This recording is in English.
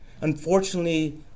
unfortunately